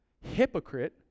Hypocrite